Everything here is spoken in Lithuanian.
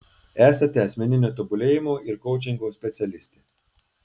esate asmeninio tobulėjimo ir koučingo specialistė